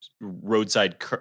roadside